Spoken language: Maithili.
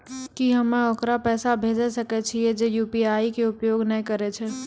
की हम्मय ओकरा पैसा भेजै सकय छियै जे यु.पी.आई के उपयोग नए करे छै?